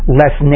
less